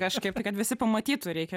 kažkaip tai kad visi pamatytų reikia